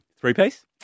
Three-piece